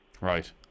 Right